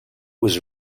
was